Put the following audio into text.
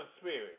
spirit